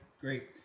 great